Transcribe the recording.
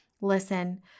Listen